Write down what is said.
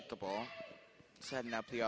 with the ball setting up the